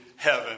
Heaven